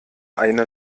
eine